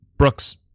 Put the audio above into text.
brooks